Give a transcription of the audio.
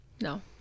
No